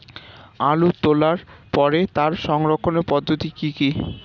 আলু তোলার পরে তার সংরক্ষণের পদ্ধতি কি কি?